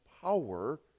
power